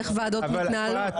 איך ועדות מתנהלות.